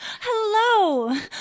Hello